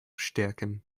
stärken